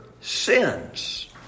sins